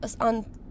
on